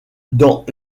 dans